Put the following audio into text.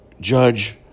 judge